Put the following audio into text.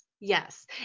Yes